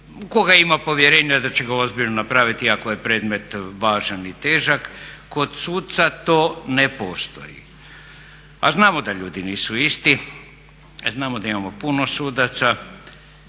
koga ima povjerenja da će ga ozbiljno napraviti iako je predmet važan i težak, kod suca to ne postoji. A znao da ljudi nisu isti, znamo da imao puno sudaca